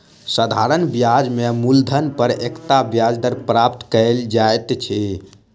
साधारण ब्याज में मूलधन पर एकता ब्याज दर प्राप्त कयल जाइत अछि